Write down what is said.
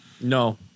No